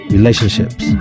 Relationships